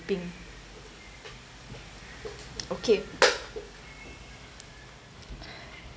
okay